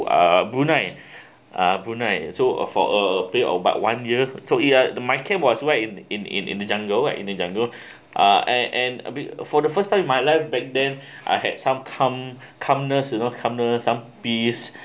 uh brunei uh brunei so uh for uh pay about one year so it uh the my camp was right in in in in the jungle right in the jungle uh and and a bit for the first time in my life back then I had some cum cum nurse you know cum nurse some fees